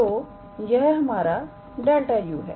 तो यह हमारा ∇⃗ 𝑢 है